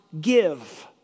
give